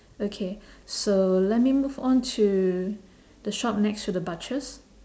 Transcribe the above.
okay so let me move on to the shop next to the butchers